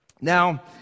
Now